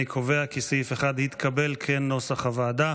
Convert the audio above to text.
אני קובע כי סעיף 1, כנוסח הוועדה,